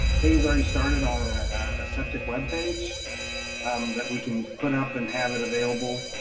katie's already started on a septic web page um that we can put up and have it available,